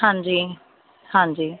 ਹਾਂਜੀ ਹਾਂਜੀ